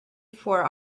for